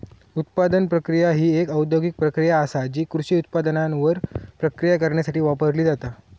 उत्पादन प्रक्रिया ही एक औद्योगिक प्रक्रिया आसा जी कृषी उत्पादनांवर प्रक्रिया करण्यासाठी वापरली जाता